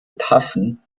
taschen